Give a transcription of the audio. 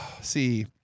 See